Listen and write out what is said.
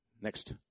Next